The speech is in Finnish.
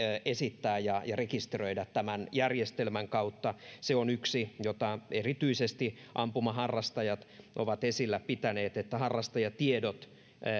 esittää ja rekisteröidä tämän järjestelmän kautta se on yksi asia jota erityisesti ampumaharrastajat ovat esillä pitäneet että harrastajatiedot